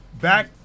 back